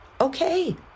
Okay